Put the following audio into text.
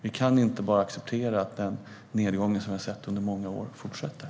Vi kan inte bara acceptera att den nedgång som har funnits under många år fortsätter.